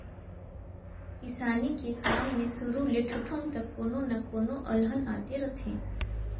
किसानी के काम मे सुरू ले ठुठुंग तक कोनो न कोनो अलहन आते रथें